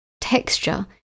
texture